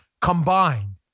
combined